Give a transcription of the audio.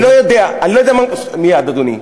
מייד, אדוני.